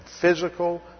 physical